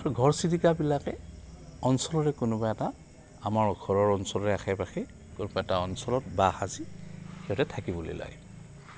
আৰু ঘৰ চিৰিকাবিলাকে অঞ্চলৰে কোনোবা এটা আমাৰ ঘৰৰ অঞ্চলৰ আশে পাশে কোনোবা এটা অঞ্চলত বাহ সাজি সিহঁতে থাকিবলৈ লাগে